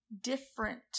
different